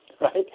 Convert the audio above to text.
right